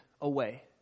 away